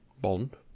Bond